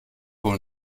wohl